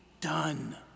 done